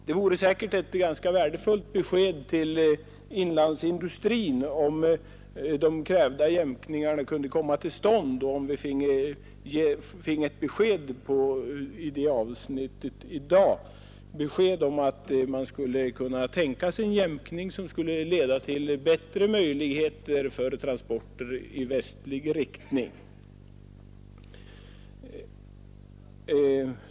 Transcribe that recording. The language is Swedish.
Det vore säkert ganska värdefullt om inlandsindustrin redan i dag kunde få ett besked att de krävda jämkningarna kan komma till stånd och att man skulle kunna tänka sig en jämkning som gav bättre möjligheter för transporter i västlig riktning.